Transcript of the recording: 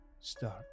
start